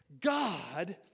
God